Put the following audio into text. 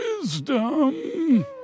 wisdom